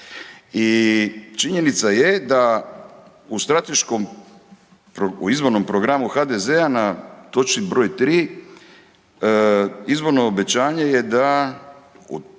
I činjenica je da u strateškom, u izvornom programu HDZ-a na točci br. 3. izborno obećanje je da